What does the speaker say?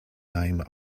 name